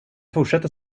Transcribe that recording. fortsätter